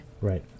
Right